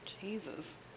Jesus